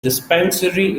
dispensary